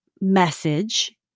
message